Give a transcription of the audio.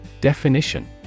Definition